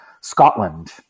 Scotland